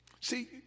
See